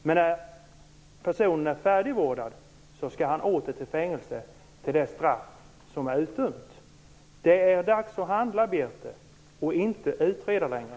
Men när personen är färdigvårdad skall han åter till fängelse, till det straff som är utdömt. Det är dags att handla, Birthe Sörestedt, och inte utreda längre.